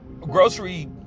grocery